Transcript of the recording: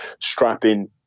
strapping